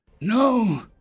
No